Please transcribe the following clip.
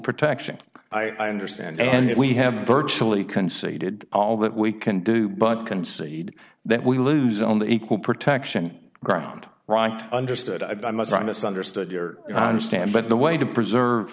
protection i understand and we have virtually conceded all that we can do but concede that we lose on the equal protection ground right understood i must say i misunderstood your understand but the way to preserve